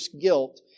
guilt